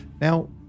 now